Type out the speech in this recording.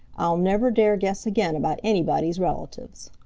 i'll never dare guess again about anybody's relatives.